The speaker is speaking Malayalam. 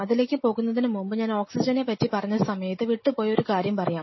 അതിലേക്ക് പോകുന്നതിനു മുൻപ് ഞാൻ ഓക്സിജനെ പറ്റി പറഞ്ഞ സമയത്ത് വിട്ടുപോയ ഒരു കാര്യം പറയാം